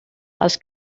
els